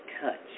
touch